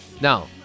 Now